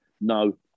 no